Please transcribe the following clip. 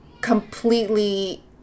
completely